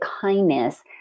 kindness